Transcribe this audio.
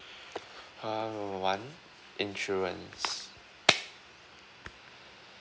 uh one insurance